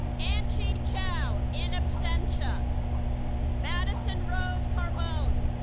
anqi cao in absentia madison rose carbone